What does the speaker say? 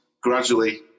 gradually